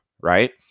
right